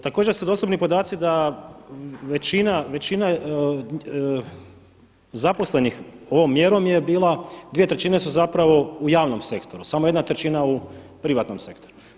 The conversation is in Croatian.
Također su dostupni podaci da većina zaposlenih ovom mjerom je bila, dvije trećine su zapravo u javnom sektoru, samo jedna trećina u privatnom sektoru.